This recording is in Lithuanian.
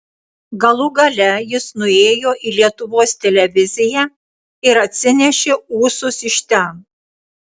galų gale jis nuėjo į lietuvos televiziją ir atsinešė ūsus iš ten